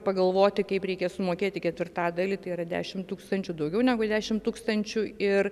pagalvoti kaip reikia sumokėti ketvirtadalį tai yra dešim tūkstančių daugiau negu dešim tūkstančių ir